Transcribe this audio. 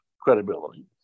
credibility